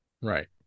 right